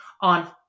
on